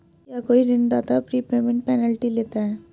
क्या कोई ऋणदाता प्रीपेमेंट पेनल्टी लेता है?